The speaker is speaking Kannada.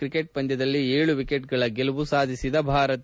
ಕ್ರಿಕೆಟ್ ಪಂದ್ಯದಲ್ಲಿ ಏಳು ವಿಕೆಟ್ಗಳ ಗೆಲುವು ಸಾಧಿಸಿದ ಭಾರತ